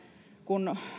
kun